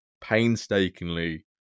painstakingly